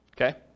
Okay